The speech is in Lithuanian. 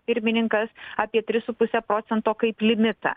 pirmininkas apie tris su puse procento kaip limitą